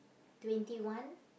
twenty one